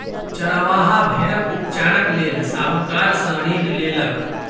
चरवाहा भेड़क उपचारक लेल साहूकार सॅ ऋण लेलक